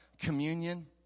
communion